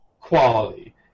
quality